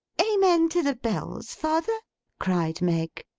amen to the bells, father cried meg.